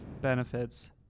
benefits